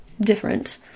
different